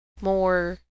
more